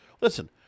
listen